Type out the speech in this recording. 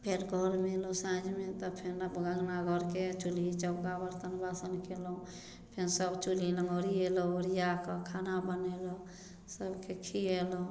फेर घरमे अयलहुॅं साँझमे तब फेर अङ्गना घरके चुल्हि चौका बर्तन बासन केलहुॅं फेर सभ चुल्हि लङ्ग ओरिएलहुॅं ओरिया कऽ खाना बनेलहुॅं सभके खिएलहुॅं